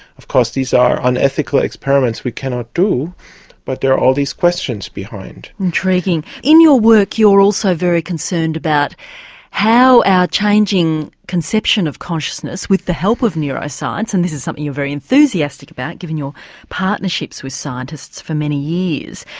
of course these are unethical experiments we cannot do but there are all these questions behind. intriguing. in your work you're also very concerned about our changing conception of consciousness with the help of neuroscience, and this is something you're very enthusiastic about, given your partnerships with scientists for many years,